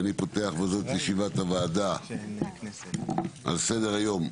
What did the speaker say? אני פותח את ישיבת הוועדה, על סדר היום,